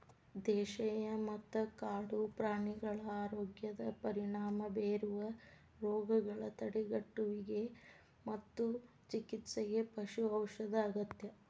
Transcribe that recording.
ದೇಶೇಯ ಮತ್ತ ಕಾಡು ಪ್ರಾಣಿಗಳ ಆರೋಗ್ಯದ ಪರಿಣಾಮ ಬೇರುವ ರೋಗಗಳ ತಡೆಗಟ್ಟುವಿಗೆ ಮತ್ತು ಚಿಕಿತ್ಸೆಗೆ ಪಶು ಔಷಧ ಅಗತ್ಯ